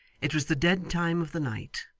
it was the dead time of the night,